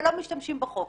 אבל לא משתמשים בחוק.